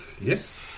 Yes